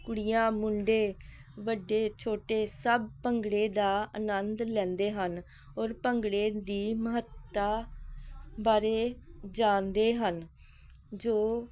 ਕੁੜੀਆਂ ਮੁੰਡੇ ਵੱਡੇ ਛੋਟੇ ਸਭ ਭੰਗੜੇ ਦਾ ਆਨੰਦ ਲੈਂਦੇ ਹਨ ਔਰ ਭੰਗੜੇ ਦੀ ਮਹੱਤਤਾ ਬਾਰੇ ਜਾਣਦੇ ਹਨ ਜੋ